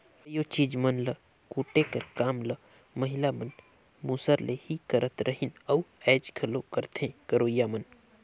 कइयो चीज मन ल कूटे कर काम ल महिला मन मूसर ले ही करत रहिन अउ आएज घलो करथे करोइया मन